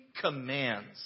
commands